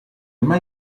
mai